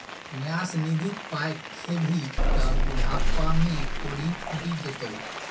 न्यास निधिक पाय खेभी त बुढ़ापामे कोढ़ि फुटि जेतौ